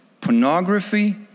pornography